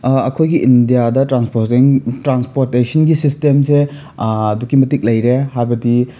ꯑꯩꯈꯣꯏꯒꯤ ꯏꯟꯗꯤꯌꯥꯗ ꯇ꯭ꯔꯥꯟꯁꯄꯣꯔꯇꯤꯡ ꯇ꯭ꯔꯥꯟꯁꯄꯣꯔꯇꯦꯁꯟꯒꯤ ꯁꯤꯁꯇꯦꯝꯁꯦ ꯑꯗꯨꯛꯀꯤ ꯃꯇꯤꯛ ꯂꯩꯔꯦ ꯍꯥꯏꯕꯗꯤ